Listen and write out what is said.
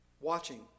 watching